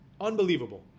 Unbelievable